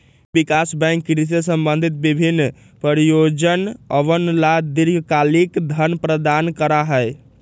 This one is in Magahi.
भूमि विकास बैंक कृषि से संबंधित विभिन्न परियोजनअवन ला दीर्घकालिक धन प्रदान करा हई